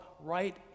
right